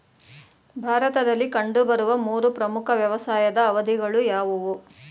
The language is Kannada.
ಭಾರತದಲ್ಲಿ ಕಂಡುಬರುವ ಮೂರು ಪ್ರಮುಖ ವ್ಯವಸಾಯದ ಅವಧಿಗಳು ಯಾವುವು?